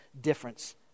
difference